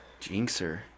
jinxer